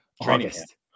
august